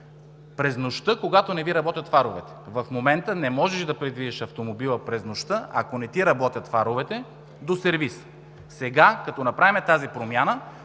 през нощта, когато не Ви работят фаровете. В момента не можеш да придвижиш до сервиз автомобила през нощта, ако не ти работят фаровете. Сега, като направим тази промяна,